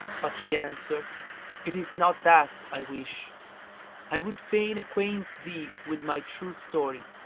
but he answered it is not that i wish i would fain acquaint thee with my true story.